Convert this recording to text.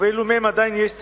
ובאילו מהם עדיין יש צורך.